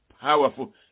powerful